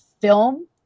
film